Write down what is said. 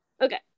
Okay